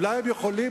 אולי הם יכולים,